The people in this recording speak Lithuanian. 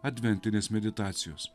adventinės meditacijos